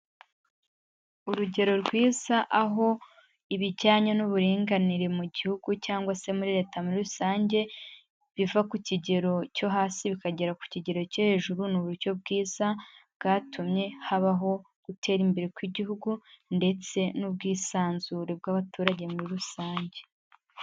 Urugero rwiza aho ibijyanye n'uburinganire mu gihugu cyangwa se muri leta muri rusange, biva ku kigero cyo hasi bikagera ku kigero cyo hejuru ni uburyo bwiza, bwatumye habaho gutera imbere kw'igihugu ndetse n'ubwisanzure bw'abaturage muri rusange.